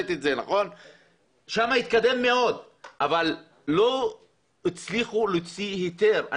שם התקדם מאוד אבל לא הצליחו להוציא היתר.